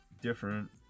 different